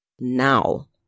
now